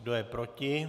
Kdo je proti?